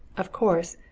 of course,